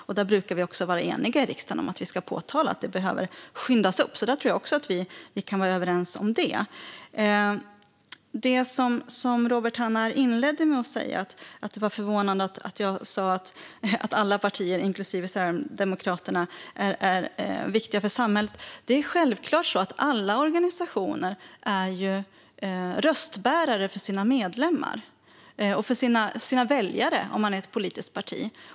I riksdagen brukar vi också vara eniga om att påtala att det behöver skyndas på. Det tror jag att vi kan vara överens om. Robert Hannah inledde med att säga att det var förvånande att jag sa att alla partier, inklusive Sverigedemokraterna, är viktiga för samhället. Självklart är alla organisationer röstbärare för sina medlemmar och väljare, om det är ett politiskt parti.